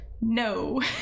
No